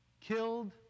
Killed